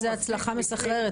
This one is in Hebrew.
איזו הצלחה מסחררת,